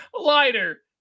Lighter